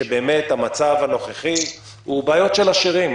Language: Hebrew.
שבאמת המצב הנוכחי הוא בעיות של עשירים,